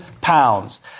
pounds